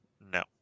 No